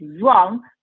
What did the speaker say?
wrong